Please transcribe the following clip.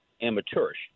amateurish